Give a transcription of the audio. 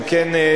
אם כן,